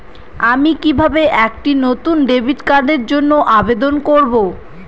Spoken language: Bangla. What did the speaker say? আমি কিভাবে একটি নতুন ডেবিট কার্ডের জন্য আবেদন করব?